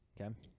Okay